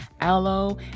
aloe